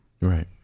Right